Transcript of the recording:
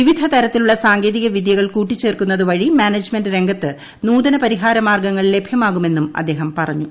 വിവിധ തരത്തിലുള്ള സാങ്കേതിക വിദ്യകൾ കൂട്ടിച്ചേർക്കുന്നതുവഴി മാനേജ്മെന്റ് രംഗത്ത് നൂതന പരിഹാര മാർഗങ്ങൾ ലഭ്യമാകുമെന്നും അദ്ദേഹം പറഞ്ഞു